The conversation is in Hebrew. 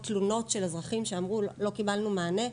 תלונות של אזרחים שאמרו 'לא קיבלנו מענה',